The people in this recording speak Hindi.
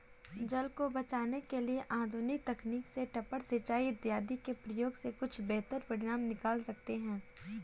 जल को बचाने के लिए आधुनिक तकनीक से टपक सिंचाई इत्यादि के प्रयोग से कुछ बेहतर परिणाम निकल सकते हैं